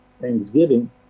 thanksgiving